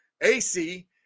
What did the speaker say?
AC